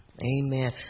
Amen